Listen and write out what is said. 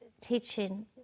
teaching